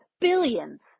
billions